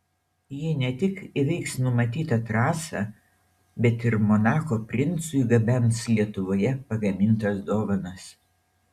jie ne tik įveiks numatytą trasą bet ir monako princui gabens lietuvoje pagamintas dovanas